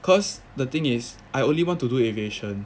cause the thing is I only want to do aviation